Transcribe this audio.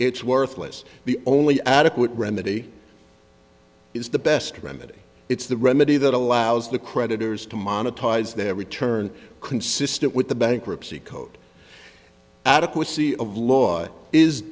it's worthless the only adequate remedy is the best remedy it's the remedy that allows the creditors to monetize their return consistent with the bankruptcy code adequacy of law i